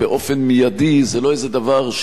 זה לא איזה דבר שאי-אפשר לפתור אותו,